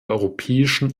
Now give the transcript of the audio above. europäischen